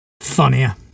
Funnier